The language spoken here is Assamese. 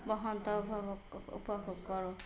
বসন্তৰ উপভোগ কৰোঁ